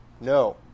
No